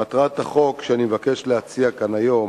מטרת החוק שאני מבקש להציע כאן היום